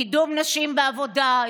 קידום נשים בעבודה,